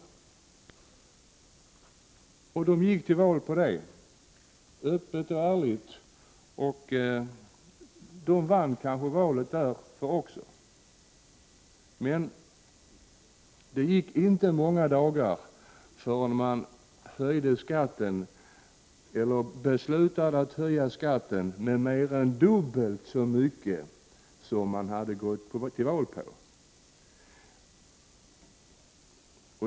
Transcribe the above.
De gick till val på detta öppet och ärligt, och vann kanske också därför valet. Men det gick inte många dagar förrän man beslutade att höja skatten med mer än dubbelt så mycket som den höjning som man hade gått till val på.